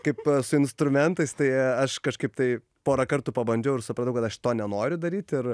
kaip su instrumentais tai aš kažkaip tai porą kartų pabandžiau ir supratau kad aš to nenoriu daryt ir